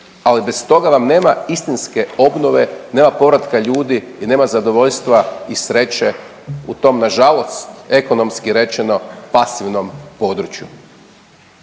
ali bez toga vam nema istinske obnove, nema povratka ljudi i nema zadovoljstva i sreće u tom nažalost ekonomski rečeno pasivnom području.